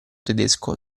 tedesco